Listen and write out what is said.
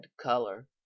color